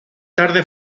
tarde